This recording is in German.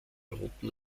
roten